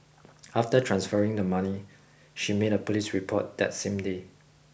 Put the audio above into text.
after transferring the money she made a police report that same day